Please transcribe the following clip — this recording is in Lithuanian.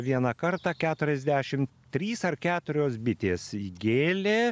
vieną kartą keturiasdešimt trys ar keturios bitės įgėlė